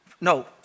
no